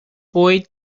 boy